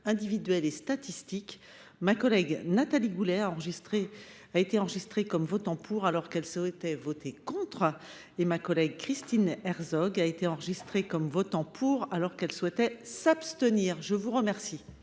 individuels et statistiques, ma collègue Nathalie Goulet a été enregistrée comme votant pour, alors qu’elle souhaitait voter contre. Ma collègue Christine Herzog a aussi été enregistrée comme votant pour, alors qu’elle souhaitait s’abstenir. Acte